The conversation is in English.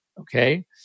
Okay